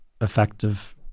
effective